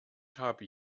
habe